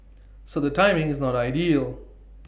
so the timing is not ideal